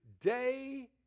day